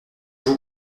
vous